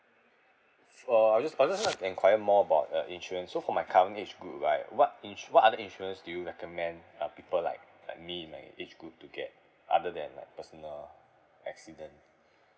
for I just I just want to enquire more about uh insurance so for my current age group right what ins~ what other insurance do you recommend uh people like like me in my age group to get other than like personal accident